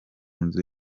nzu